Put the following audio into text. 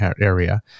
area